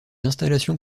installations